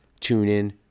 TuneIn